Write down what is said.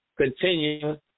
Continue